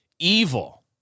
Evil